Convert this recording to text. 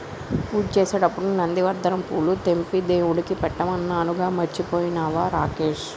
పూజ చేసేటప్పుడు నందివర్ధనం పూలు తెంపి దేవుడికి పెట్టమన్నానుగా మర్చిపోయినవా రాకేష్